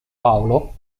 paolo